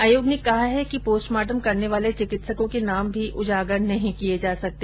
आयोग ने कहा है कि पोस्टमार्टम करने वाले चिकित्सको के नाम भी उजागर नहीं किये जा सकते